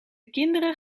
kinderen